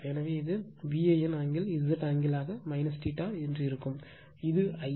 எனவே இது VAN angle Z ஆங்கிளாக இருக்கும் இது Ia